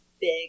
big